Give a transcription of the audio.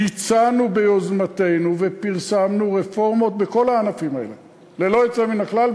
הצענו ביוזמתנו ופרסמנו רפורמות בכל הענפים האלה ללא יוצא מן הכלל,